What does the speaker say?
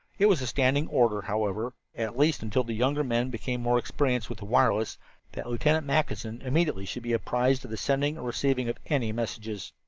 it was a standing order, however at least until the younger men became more experienced with the wireless that lieutenant mackinson immediately should be apprised of the sending or receiving of any messages.